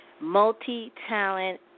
multi-talent